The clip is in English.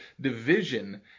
division